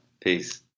Peace